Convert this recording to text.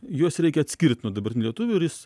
juos reikia atskirt nuo dabartinių lietuvių ir jis